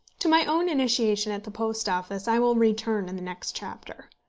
to my own initiation at the post office i will return in the next chapter.